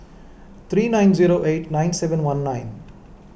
three nine zero eight nine seven one nine